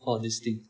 all this thing